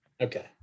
okay